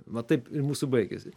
va taip ir mūsų baigėsi